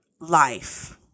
life